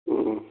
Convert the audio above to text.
ꯎꯝ